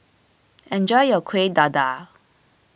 enjoy your Kuih Dadar